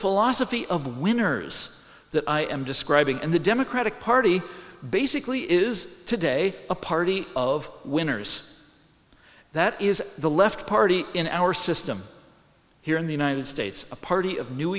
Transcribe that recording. philosophy of winners that i am describing in the democratic party basically is today a party of winners that is the left party in our system here in the united states a party of new